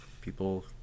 people